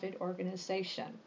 organization